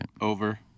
Over